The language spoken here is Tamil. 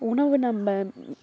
உணவு நம்ம